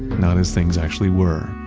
not as things actually were.